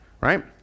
right